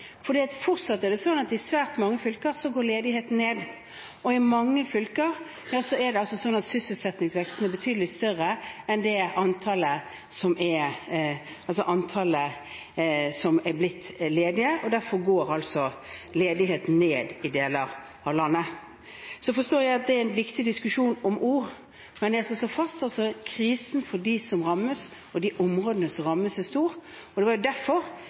fortsatt er det slik at i svært mange fylker går ledigheten ned. Og i mange fylker er det slik at sysselsettingsveksten er betydelig større enn antallet som er blitt ledige, og derfor går altså ledigheten ned i deler av landet. Så forstår jeg at det er en viktig diskusjon om ord, men jeg slår altså fast at krisen for dem som rammes, og for de områdene som rammes, er stor. Det var jo derfor